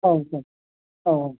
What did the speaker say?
औ सार औ औ